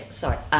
sorry